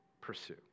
pursue